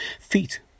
feet